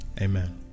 Amen